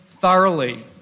thoroughly